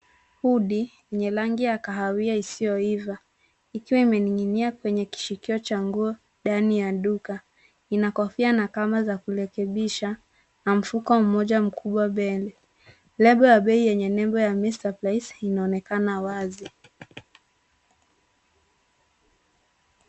Hudi yenye randi ya kahawia isiyoiva ikiwa imeninginia kwenye kishikio cha nguo ndani ya duka, ina kofia na kamba za kurekebisha na mfuko mmoja mkubwa mbele, lebo ya bei lenye nembo ya Mr price inaonekana wazi.